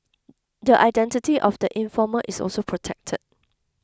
the identity of the informer is also protected